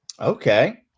Okay